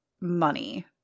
money